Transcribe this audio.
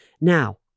Now